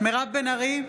מירב בן ארי,